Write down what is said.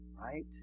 Right